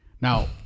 Now